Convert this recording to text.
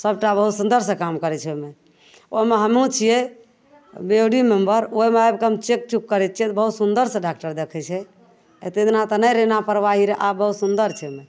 सबटा बहुत सुन्दरसँ काम करय छै ओइमे ओइमे हमहुँ छियै बेयोडी मेंबर ओइ भागके हम चेक चुक करय छियै बहुत सुन्दरसँ डॉक्टर देखय छै एते दिना तऽ नहि रहय लापरवाही रहय आब बहुत सुन्दर छै ओइमे